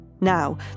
Now